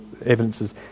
evidences